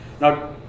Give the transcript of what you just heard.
now